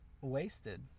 wasted